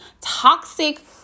toxic